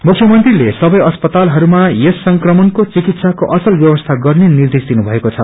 मुख्यमंत्रीले सबै अस्पतालहस्वामा यस संक्रमणको चिकित्साको असल व्यवस्था गर्ने निर्देश दिनु भएको छ